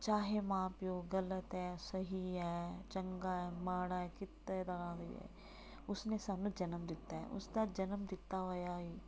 ਚਾਹੇ ਮਾਂ ਪਿਓ ਗਲਤ ਹੈ ਸਹੀ ਹੈ ਚੰਗਾ ਹੈ ਮਾੜਾ ਕਿੱਤੇ ਦਾ ਉਸਨੇ ਸਾਨੂੰ ਜਨਮ ਦਿੱਤਾ ਉਸ ਦਾ ਜਨਮ ਦਿੱਤਾ ਹੋਇਆ ਹੈ